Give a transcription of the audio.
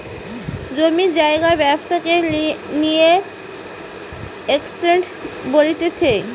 জমি জায়গার ব্যবসাকে রিয়েল এস্টেট বলতিছে